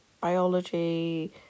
...biology